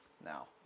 now